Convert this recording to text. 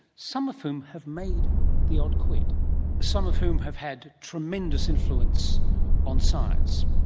some of whom have made the odd quid some of whom have had tremendous influence on science.